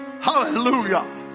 hallelujah